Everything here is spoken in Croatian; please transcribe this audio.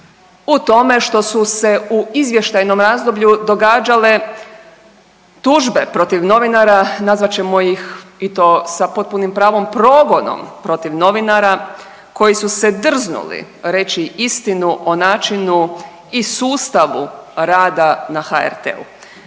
u tome što su se u izvještajnom razdoblju događale tužbe protiv novinara, nazvat ćemo ih i to sa potpunim pravom, progonom protiv novinara koji su se drznuli reći istinu o načinu i sustavu rada na HRT-u.